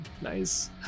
Nice